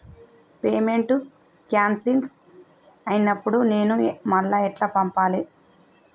Payment cancel అయినపుడు నేను మళ్ళా ఎట్ల పంపాలే?